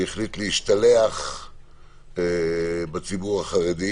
שהיום החליט להשתלח בציבור החרדי,